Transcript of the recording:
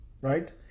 Right